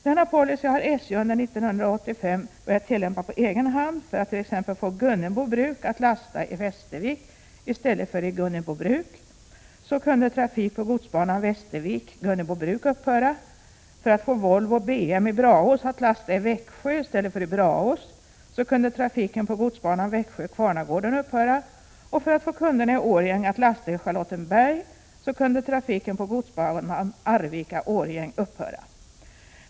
Denna policy har SJ under 1985 börjat tillämpa på egen hand för att t.ex. få Gunnebo Bruk att lasta i Västervik i stället för i Gunnebobruk — så kunde trafik på godsbanan Västervik —Gunnebobruk upphöra —, för att få Volvo BM i Braås att lasta i Växjö i stället för i Braås — så kunde trafiken på godsbanan Växjö—Kvarnagården upphöra — och för att få kunderna i Årjäng att lasta i Charlottenberg — så kunde trafiken på godsbanan Arvika—Årjäng upphöra.